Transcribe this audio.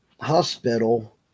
hospital